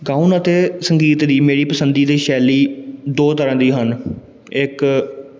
ਗਾਉਣ ਅਤੇ ਸੰਗੀਤ ਦੀ ਮੇਰੀ ਪਸੰਦੀਦਾ ਸ਼ੈਲੀ ਦੋ ਤਰ੍ਹਾਂ ਦੀ ਹਨ ਇੱਕ